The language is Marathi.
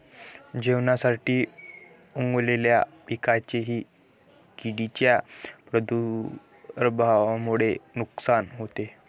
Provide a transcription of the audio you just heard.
जेवणासाठी उगवलेल्या पिकांचेही किडींच्या प्रादुर्भावामुळे नुकसान होते